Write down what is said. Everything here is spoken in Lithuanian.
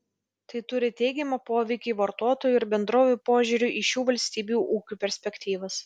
tai turi teigiamą poveikį vartotojų ir bendrovių požiūriui į šių valstybių ūkių perspektyvas